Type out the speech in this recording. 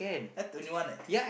eh twenty one eh